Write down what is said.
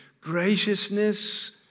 graciousness